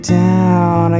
down